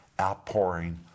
outpouring